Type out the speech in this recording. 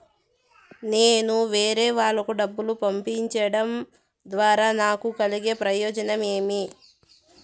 నేను వేరేవాళ్లకు డబ్బులు పంపించడం ద్వారా నాకు కలిగే ప్రయోజనం ఏమి?